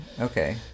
Okay